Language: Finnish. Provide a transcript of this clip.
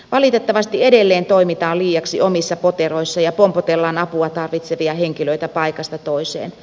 valitettavasti edelleen toimitaan liiaksi omissa poteroissa ja pompotellaan apua tarvitsevia henkilöitä paikasta toiseen